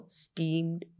steamed